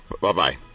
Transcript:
Bye-bye